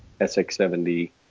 sx70